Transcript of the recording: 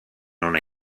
ona